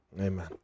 Amen